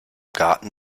garten